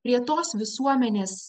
prie tos visuomenės